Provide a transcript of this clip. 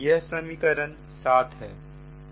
यह समीकरण 7 है